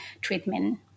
treatment